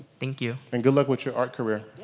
thank you. and good luck with your art career.